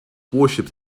worshiped